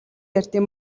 ярьдаг